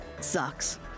sucks